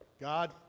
God